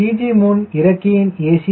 CG முன் இறக்கையின் a